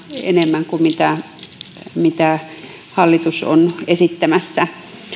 enemmän kuin mitä hallitus on esittämässä